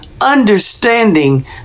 understanding